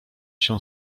się